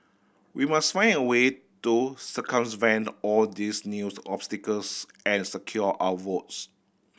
we must find a way to all these new obstacles and secure our votes